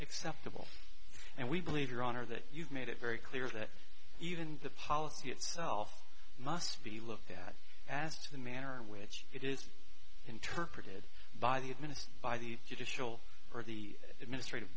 acceptable and we believe your honor that you've made it very clear that even the policy itself must be looked at as to the manner in which it is interpreted by the administer by the judicial or the administrative